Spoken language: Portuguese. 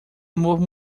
move